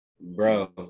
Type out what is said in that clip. Bro